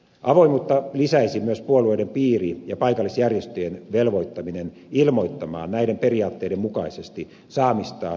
avoimuutta lisäisi myös puolueiden piiri ja paikallisjärjestöjen velvoittaminen ilmoittamaan näiden periaatteiden mukaisesti saamistaan ulkopuolisista tuista